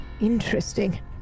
Interesting